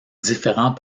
différents